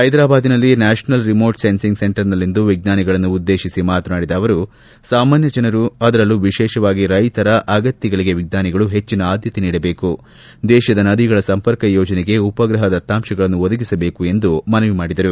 ಹೈದರಾಬಾದಿನಲ್ಲಿ national remote sensing ಸೆಂಟರ್ನಲ್ಲಿಂದು ವಿಜ್ವಾನಿಗಳನ್ನುದ್ದೇತಿಸಿ ಮಾತನಾಡಿದ ಅವರು ಸಾಮಾನ್ಯ ಜನರು ಅದರಲ್ಲೂ ವಿಶೇಷವಾಗಿ ರೈತರ ಅಗತ್ವಗಳಿಗೆ ವಿಜ್ಞಾನಿಗಳು ಹೆಚ್ಚಿನ ಆದ್ದತೆ ನೀಡಬೇಕು ದೇಶದ ನದಿಗಳ ಸಂಪರ್ಕ ಯೋಜನೆಗೆ ಉಪಗ್ರಹ ದತ್ತಾಂಶಗಳನ್ನು ಒದಗಿಸಬೇಕು ಎಂದು ಮನವಿ ಮಾಡಿದರು